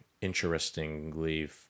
interestingly